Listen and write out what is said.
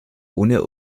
ohne